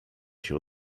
się